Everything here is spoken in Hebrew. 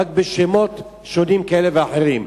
רק בשמות שונים ואחרים.